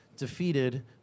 defeated